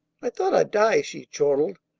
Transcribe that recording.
i thought i'd die! she chortled.